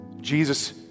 Jesus